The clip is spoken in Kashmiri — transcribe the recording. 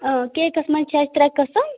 کیٚکس منٛز چھِ اَسہِ ترٛےٚ قٕسٕم